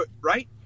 Right